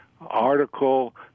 article